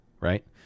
right